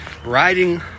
riding